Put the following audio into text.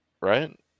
Right